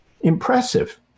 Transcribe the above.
impressive